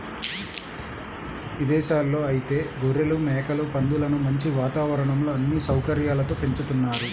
ఇదేశాల్లో ఐతే గొర్రెలు, మేకలు, పందులను మంచి వాతావరణంలో అన్ని సౌకర్యాలతో పెంచుతున్నారు